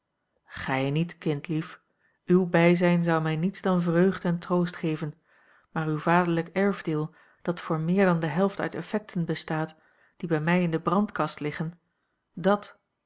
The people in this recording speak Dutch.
gij niet kindlief uw bijzijn zou mij niets dan vreugd en troost geven maar uw vaderlijk erfdeel dat voor meer dan de helft uit effecten bestaat die bij mij in de brandkast liggen dàt